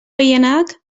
gehienak